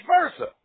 versa